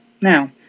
Now